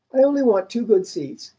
i only want two good seats.